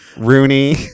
Rooney